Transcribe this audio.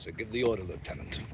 ah give the order, lieutenant.